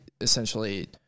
essentially